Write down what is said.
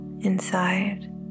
inside